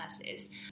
nurses